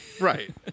right